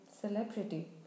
Celebrity